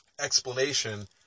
explanation